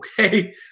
okay